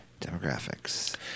Demographics